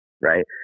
right